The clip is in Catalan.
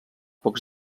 pocs